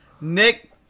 Nick